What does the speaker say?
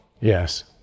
Yes